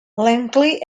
lengthy